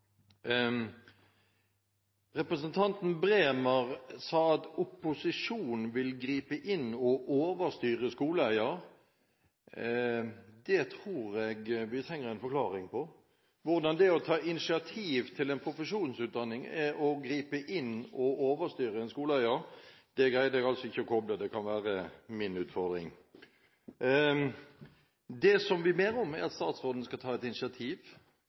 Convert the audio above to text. Representanten Bremer sa at opposisjonen vil gripe inn og overstyre skoleeier. Det tror jeg vi trenger en forklaring på, hvordan det å ta initiativ til en profesjonsutdanning er å gripe inn og overstyre en skoleeier. Det greide jeg altså ikke å koble, det kan være min utfordring. Det som vi ber om, er at statsråden skal ta et initiativ,